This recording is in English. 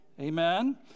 amen